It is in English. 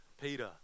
Peter